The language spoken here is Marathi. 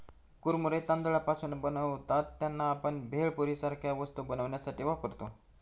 कुरमुरे तांदळापासून बनतात त्यांना, आपण भेळपुरी सारख्या वस्तू बनवण्यासाठी वापरतो